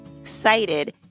excited